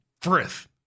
frith